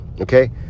Okay